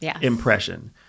impression